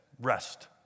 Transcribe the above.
rest